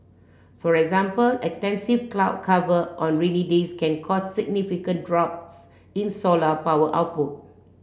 for example extensive cloud cover on rainy days can cause significant drops in solar power output